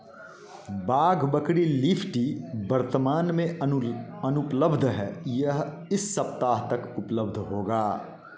वाघ Bakri leaf tea वर्तमान में अनुपलब्ध है यह इस सप्ताह तक उपलब्ध होगा